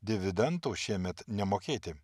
dividendų šiemet nemokėti